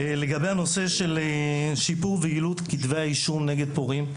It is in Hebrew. לגבי הנושא של שיפור ויעילות הגשת כתבי אישום נגד פורעים.